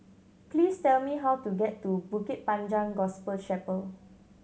please tell me how to get to Bukit Panjang Gospel Chapel